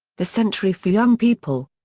the century for young people.